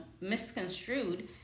misconstrued